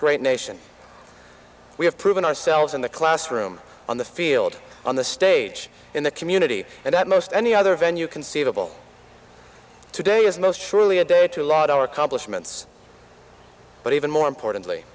great nation we have proven ourselves in the classroom on the field on the stage in the community and at most any other venue conceivable today is most surely a day to lot our accomplishments but even more importantly